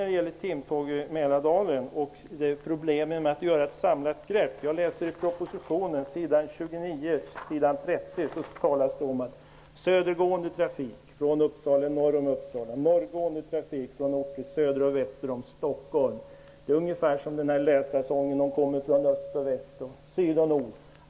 Det är ungefär som i sången om att de kommer från väst och öst, syd och nord.